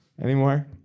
anymore